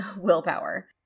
willpower